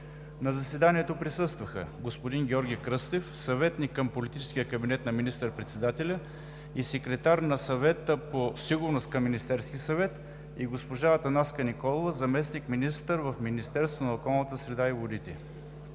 На заседанието присъстваха: господин Георги Кръстев – съветник към политическия кабинет на министър-председателя и секретар на Съвета по сигурността към Министерския съвет, и госпожа Атанаска Николова – заместник-министър на околната среда и водите.